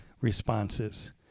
responses